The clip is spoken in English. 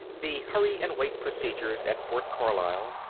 the hurry-and-wait procedures at fort carlisle,